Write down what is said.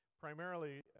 primarily